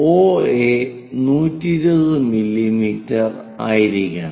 OA 120 millimetre ആയിരിക്കണം